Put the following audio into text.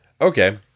okay